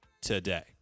today